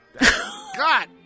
God